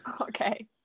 okay